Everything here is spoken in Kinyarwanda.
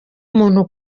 umuntu